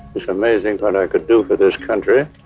it's amazing what i could do for this country.